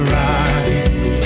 rise